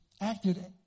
acted